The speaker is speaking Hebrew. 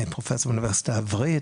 אני פרופסור באוניברסיטה העברית,